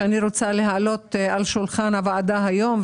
שאני רוצה להעלות על שולחן הוועדה היום,